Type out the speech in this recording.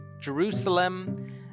Jerusalem